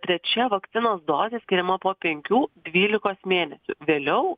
trečia vakcinos dozė skiriama po penkių dvylikos mėnesių vėliau